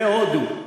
והודו.